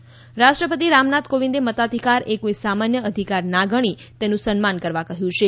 મતદાર દિવસ રાષ્ટ્રપતિ રામનાથ કોવિંદે મતાધિકારએ કોઈ સામાન્ય અધિકાર ના ગણી એનું સન્માન કરવા કહ્યું છે